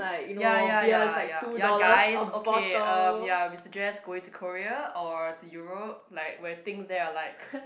ya ya ya ya ya guys okay um ya we suggest going to Korea or to Europe like where things there are like